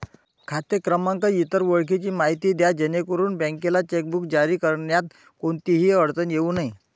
खाते क्रमांक, इतर ओळखीची माहिती द्या जेणेकरून बँकेला चेकबुक जारी करण्यात कोणतीही अडचण येऊ नये